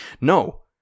No